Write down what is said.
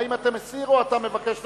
האם אתה מסיר או מבקש להצביע?